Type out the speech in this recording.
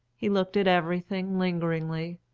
he looked at everything lingeringly,